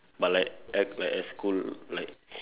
but like act like as cool like